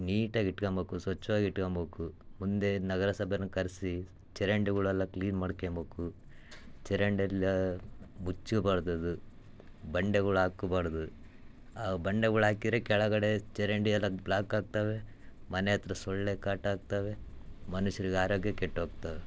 ನೀಟಾಗಿ ಇಟ್ಕಂಬೇಕು ಸ್ವಚ್ವಾಗಿ ಇಟ್ಕಂಬೇಕು ಒಂದೇ ನಗರಸಭೇಯವ್ರ್ನ ಕರೆಸಿ ಚರಂಡಿಗಳೆಲ್ಲ ಕ್ಲೀನ್ ಮಾಡ್ಕ್ಯಂಬೇಕು ಚರಂಡಿಯೆಲ್ಲ ಮುಚ್ಚಿರ್ಬಾರ್ದು ಅದು ಬಂಡೆಗಳು ಹಾಕಬಾರ್ದು ಆ ಬಂಡೆಗಳು ಹಾಕಿದ್ರೆ ಕೆಳಗಡೆ ಚರಂಡಿ ಎಲ್ಲ ಬ್ಲಾಕ್ ಆಗ್ತವೆ ಮನೆ ಹತ್ತಿರ ಸೂಳ್ಳೆ ಕಾಟ ಆಗ್ತವೆ ಮನುಷ್ರಿಗೆ ಆರೋಗ್ಯ ಕೆಟ್ಟು ಹೋಗ್ತವೆ